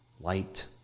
light